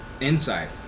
inside